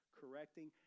correcting